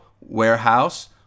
warehouse